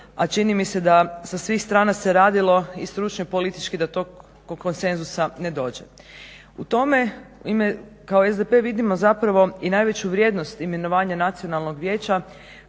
a čini mi se da sa svih strana se radilo i stručno i politički da do tog konsenzusa ne dođe. U tome kao SDP vidimo zapravo i najveću vrijednost imenovanja Nacionalnog vijeća